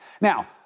Now